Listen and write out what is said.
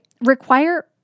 require